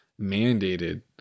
mandated